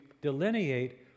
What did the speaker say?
delineate